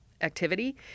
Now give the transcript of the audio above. activity